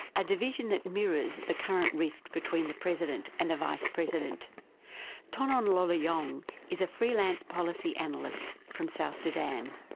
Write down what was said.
a division that mirrors the current rift between the president and the vice-president. tongun um lo loyuong yeah ah um is a freelance policy analyst from south sudan.